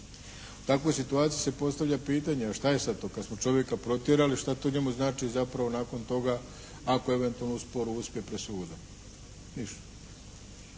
U takvoj situaciji se postavlja pitanje, a šta je sad to kad smo čovjeka protjerali šta to njemu znači zapravo nakon toga ako eventualno u sporu uspije pred